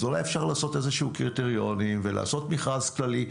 אולי אפשר לעשות איזה שהם קריטריונים ולעשות מכרז כללי.